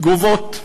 תגובות: